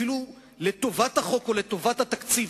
אפילו לטובת החוק ולטובת התקציב,